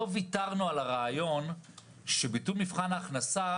לא ויתרנו על הרעיון שביטול מבחן ההכנסה